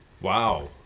Wow